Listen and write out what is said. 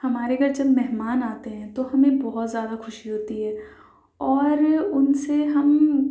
ہمارے گھر جب مہمان آتے ہیں تو ہمیں بہت زیادہ خوشی ہوتی ہے اور اُن سے ہم